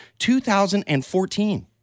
2014